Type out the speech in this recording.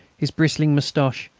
his bristling moustache,